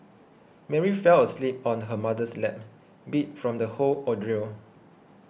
Mary fell asleep on her mother's lap beat from the whole ordeal